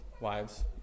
wives